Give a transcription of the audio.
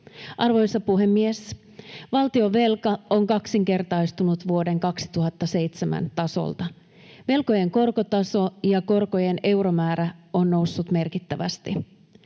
Arvoisa puhemies! Valtionvelka on kaksinkertaistunut vuoden 2007 tasolta. Velkojen korkotaso ja korkojen euromäärä on noussut merkittävästi.